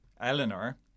Eleanor